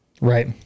Right